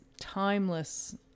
timeless